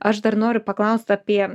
aš dar noriu paklaust apie